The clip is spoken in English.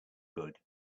good